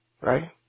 right